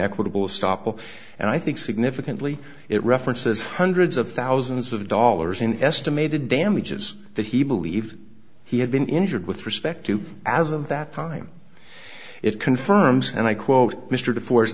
stoppel and i think significantly it references hundreds of thousands of dollars in estimated damages that he believed he had been injured with respect to as of that time it confirms and i quote mr de force